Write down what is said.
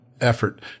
effort